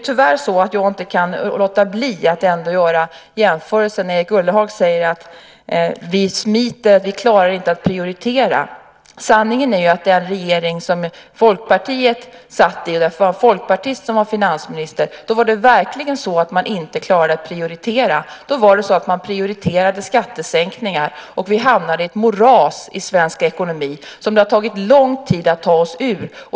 Tyvärr kan jag inte låta bli att göra en jämförelse när Erik Ullenhag säger att vi smiter och inte klarar att prioritera. Sanningen är att i den regering som Folkpartiet satt i, där det var en folkpartist som var finansminister, klarade man verkligen inte av att prioritera. Då prioriterade man skattesänkningar, och vi hamnade i ett moras i svensk ekonomi som det har tagit lång tid att ta oss ur.